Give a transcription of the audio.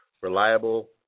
Reliable